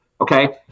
Okay